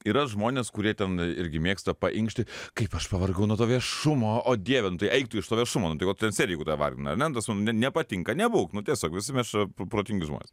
yra žmonės kurie ten irgi mėgsta painkšti kaip aš pavargau nuo to viešumo o dieve nu tai eik tu iš to viešumo nu tai ko tu ten sėdi jeigu tave vargina ar ne nu ta prasme ne nepatinka nebūk nu tiesiog visi mes čia pro protingi žmonės